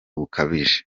bukabije